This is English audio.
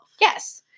Yes